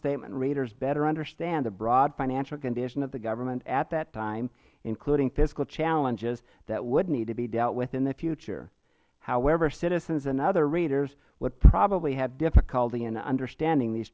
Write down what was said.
statement readers better understand the broad financial condition of the government at that time including fiscal challenges that would need to be dealt with in the future however citizens and other readers would probably have difficulty in understanding these